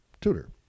tutor